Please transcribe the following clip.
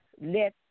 let